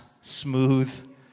smooth